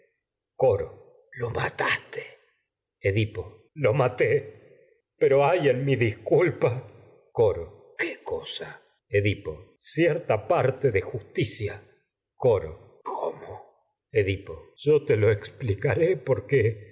coro edipo lo mataste lo maté pero hay en mi disculpa coro qué cosa edipo cierta parte de justicia coro edipo cómo yo te lo explicaré porque